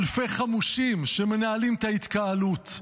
אלפי חמושים שמנהלים את ההתקהלות.